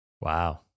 Wow